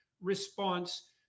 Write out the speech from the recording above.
response